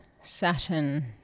Saturn